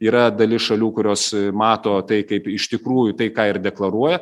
yra dalis šalių kurios mato tai kaip iš tikrųjų tai ką ir deklaruoja